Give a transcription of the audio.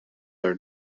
are